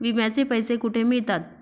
विम्याचे पैसे कुठे मिळतात?